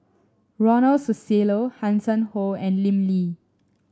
Ronald Susilo Hanson Ho and Lim Lee